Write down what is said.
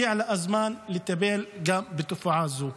הגיע הזמן לטפל גם בתופעה זו.